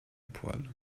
poil